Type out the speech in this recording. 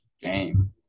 Game